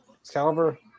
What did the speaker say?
Excalibur